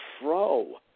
fro